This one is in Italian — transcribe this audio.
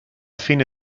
fine